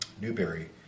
Newberry